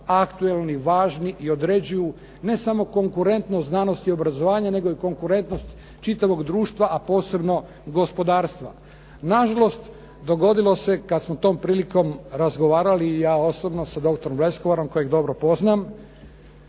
aktualni, važni i određuju ne samo konkurentnost znanost i obrazovanje, nego i konkurentnost čitavog društva, a posebno gospodarstva. Na žalost, dogodilo se kad smo tom prilikom razgovarali i ja osobno sa doktorom Leskovarom kojeg dobro poznam